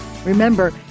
Remember